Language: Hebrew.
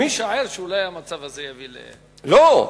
אתה משער שאולי המצב הזה יביא, לא.